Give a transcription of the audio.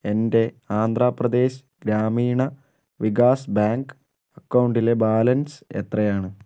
എൻ്റെ ആന്ധ്രാപ്രദേശ് ഗ്രാമീണ വികാസ് ബാങ്ക് അക്കൗണ്ടിലെ ബാലൻസ് എത്രയാണ്